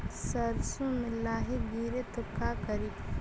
सरसो मे लाहि गिरे तो का करि?